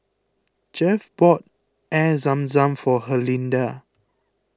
Jeff bought Air Zam Zam for Herlinda